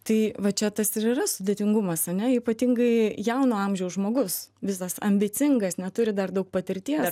tai va čia tas ir yra sudėtingumas ane ypatingai jauno amžiaus žmogus visas ambicingas neturi dar daug patirties